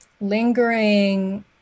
lingering